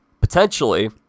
potentially